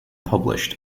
published